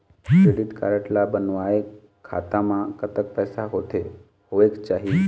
Credit card ला बनवाए खाता मा कतक पैसा होथे होएक चाही?